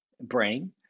brain